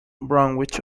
bromwich